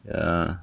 err